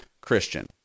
Christian